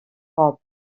pop